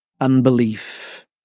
unbelief